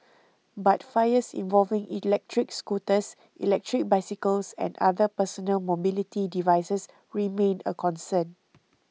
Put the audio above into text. but fires involving electric scooters electric bicycles and other personal mobility devices remain a concern